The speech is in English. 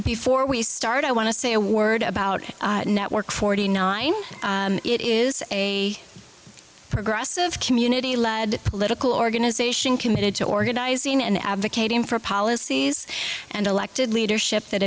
before we start i want to say a word about network forty nine it is a progressive community led political organization committed to organizing and advocating for policies and elected leadership that